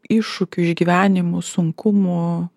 iššūkių išgyvenimų sunkumų